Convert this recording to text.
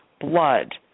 blood